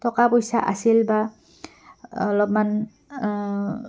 টকা পইচা আছিল বা অলপমান